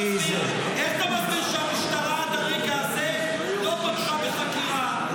איך אתה מסביר שהמשטרה עד לרגע זה לא פתחה בחקירה?